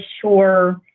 sure